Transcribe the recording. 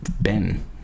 Ben